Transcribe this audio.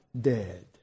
dead